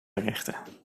richten